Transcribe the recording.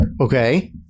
okay